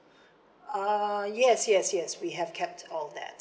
uh yes yes yes we have kept all that